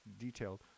detailed